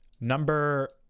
Number